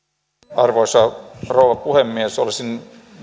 arvoisa rouva puhemies olisin